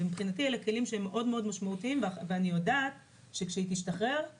מבחינתי אלה כלים שהם מאוד-מאוד משמעותיים ואני יודעת שכשהיא תשתחרר היא